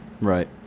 Right